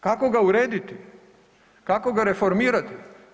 Kako ga uraditi, kako ga reformirati?